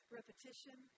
repetition